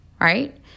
right